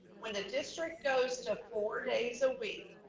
when the district goes to four days a week,